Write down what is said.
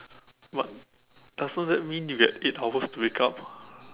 but doesn't that mean you get eight hours to wake up